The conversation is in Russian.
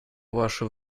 ваши